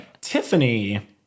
Tiffany